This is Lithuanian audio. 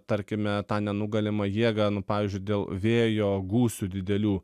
tarkime tą nenugalimą jėgą nu pavyzdžiui dėl vėjo gūsių didelių